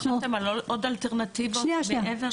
האם חשבתם על עוד אלטרנטיבות מעבר ל ---?